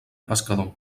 pescador